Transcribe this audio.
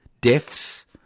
deaths